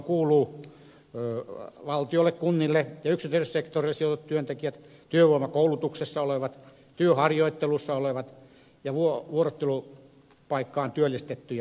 heihin kuuluvat valtiolle kunnille ja yksityiselle sektorille sijoitetut työntekijät työvoimakoulutuksessa olevat työharjoittelussa olevat ja vuorottelupaikkaan työllistetyt